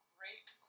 Great